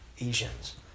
Asians